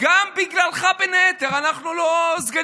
גם בגללך, בין היתר, אנחנו לא סגנים.